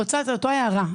זאת אותה הערה,